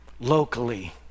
locally